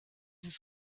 ist